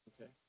Okay